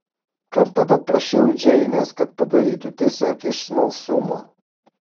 kartą paprašiau džeinės kad padarytų tiesiog iš smalsumo